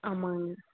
ஆமாங்க